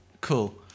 Cool